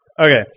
Okay